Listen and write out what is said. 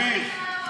אז תתבייש.